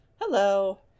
Hello